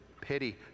Pity